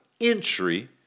entry